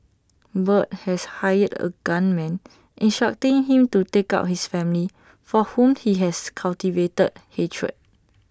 Bart had hired A gunman instructing him to take out his family for whom he had cultivated hatred